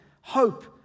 hope